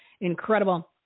incredible